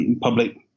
public